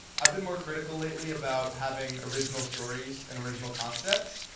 i've been more critical lately about having original stories and original concepts.